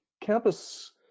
campus